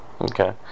Okay